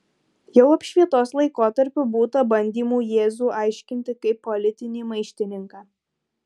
jau apšvietos laikotarpiu būta bandymų jėzų aiškinti kaip politinį maištininką